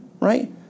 Right